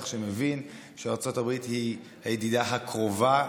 שמבין שארצות הברית היא הידידה הקרובה,